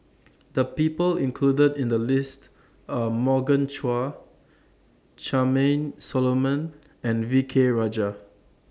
The People included in The list Are Morgan Chua Charmaine Solomon and V K Rajah